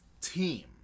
team